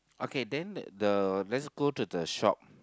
okay then the let's go to the shop